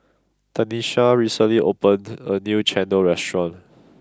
Tanesha recently opened a new Chendol restaurant